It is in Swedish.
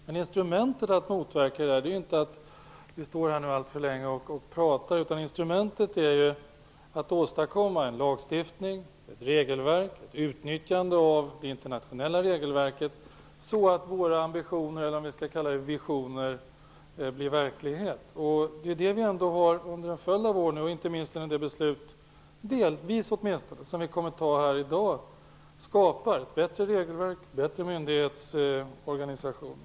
Men instrumentet för att motverka detta är ju inte att stå här och prata, utan instrumentet är att åstadkomma en lagstiftning, ett regelverk, ett utnyttjande av det internationella regelverket så att våra visioner blir verklighet. Det är detta som vi under en följd av år - och inte minst genom det beslut som vi fattar här i dag - har skapat: ett bättre regelverk och en bättre myndighetsorganisation.